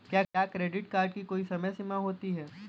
क्या credit card की कोई समय सीमा होती है?